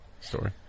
story